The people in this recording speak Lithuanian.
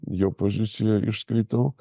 jo poziciją išskaitau